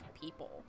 people